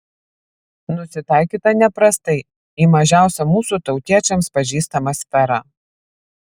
nusitaikyta neprastai į mažiausią mūsų tautiečiams pažįstamą sferą